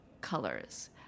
colors